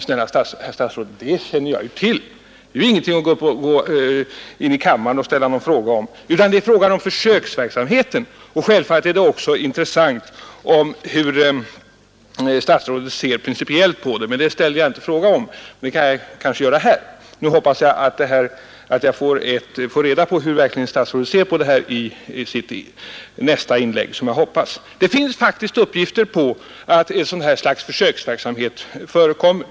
Snälla herr statsråd, det känner jag naturligtvis till. Det är ingenting att gå in i kammaren och ställa en fråga om. Frågan gäller försöksverksamheten. Självfallet vore det också intressant att få veta hur statsrådet ser principiellt på detta. Det ställde jag inte någon fråga om, men det kan jag göra här. Jag hoppas att jag i statsrådets nästa inlägg får reda på hur statsrådet verkligen ser på detta. Det finns faktiskt exempel på att ett slags försöksverksamhet förekommer.